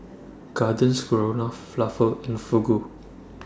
Garden Stroganoff Falafel and Fugu